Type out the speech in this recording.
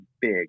big